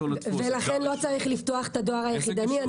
לכן לא צריך לפתוח את הדואר היחידני?